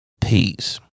peace